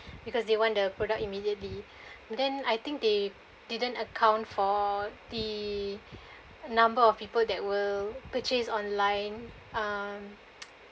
because they want the product immediately then I think they didn't account for the number of people that will purchased online um